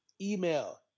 email